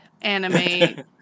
anime